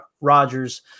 Rodgers –